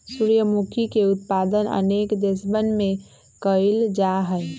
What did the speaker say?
सूर्यमुखी के उत्पादन अनेक देशवन में कइल जाहई